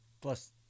plus